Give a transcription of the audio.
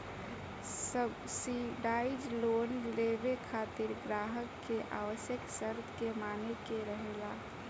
subsidise loan लेबे खातिर ग्राहक के आवश्यक शर्त के माने के रहेला